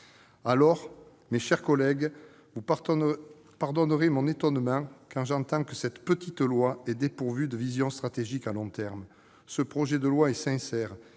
Alors, mes chers collègues, vous pardonnerez mon étonnement, quand j'entends que cette « petite loi » serait dépourvue de « vision stratégie à long terme ». Ce texte est sincère